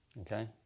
Okay